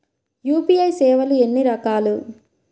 UPI సేవలు ఎన్నిరకాలు?